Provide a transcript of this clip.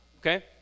okay